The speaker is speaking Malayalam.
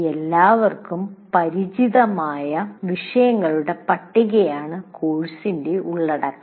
എല്ലാവർക്കും പരിചിതമായ വിഷയങ്ങളുടെ പട്ടികയാണ് കോഴ്സിന്റെ ഉള്ളടക്കം